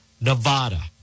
Nevada